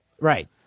Right